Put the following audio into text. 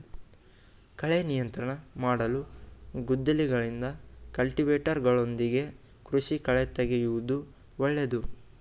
ಕಳೆ ನಿಯಂತ್ರಣ ಮಾಡಲು ಗುದ್ದಲಿಗಳಿಂದ, ಕಲ್ಟಿವೇಟರ್ಗಳೊಂದಿಗೆ ಕೃಷಿ ಕಳೆತೆಗೆಯೂದು ಒಳ್ಳೇದು